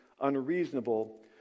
unreasonable